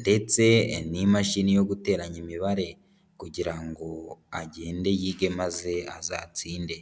ndetse n'imashini yo guteranya imibare kugira ngo agende yige maze azatsinde.